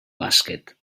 bàsquet